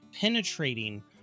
penetrating